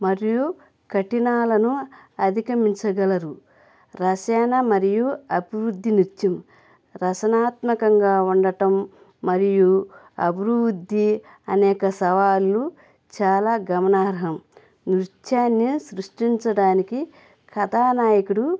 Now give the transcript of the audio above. మరియు కఠినాలను అధిగమించగలరు రసాయన మరియు అభివృద్ధి నృత్యం రసనాత్మకంగా ఉండటం మరియు అభివృద్ధి అనేక సవాళ్లు చాలా గమనర్హం నృత్యాన్ని సృష్టించడానికి కథానాయకుడు